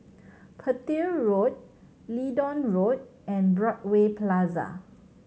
Petir Road Leedon Road and Broadway Plaza